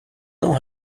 não